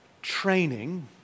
Training